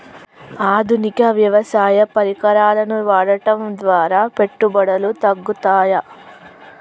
ఆధునిక వ్యవసాయ పరికరాలను వాడటం ద్వారా పెట్టుబడులు తగ్గుతయ?